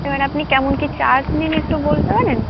এবার আপনি কেমন কী চার্জ নিন একটু বলতে পারেন